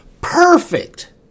Perfect